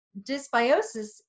dysbiosis